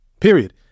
period